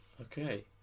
Okay